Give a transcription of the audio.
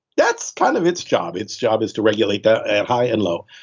that's kind of its job. its job is to regulate the and high and low.